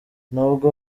nubwo